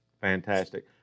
Fantastic